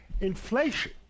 inflation